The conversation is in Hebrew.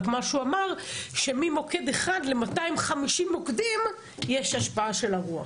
רק מה שהוא אמר שממוקד אחד ל-250 מוקדים יש השפעה של הרוח.